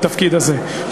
בתפקיד הזה,